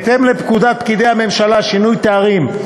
בהתאם לפקודת פקידי הממשלה (שינוי תארים),